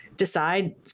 decide